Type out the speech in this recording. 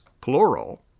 plural